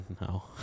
No